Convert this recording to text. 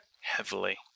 Heavily